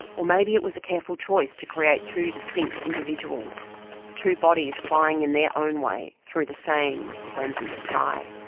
or maybe it was a careful choice to create two distinct individuals two bodies flying in their own way through the same resplendent sky.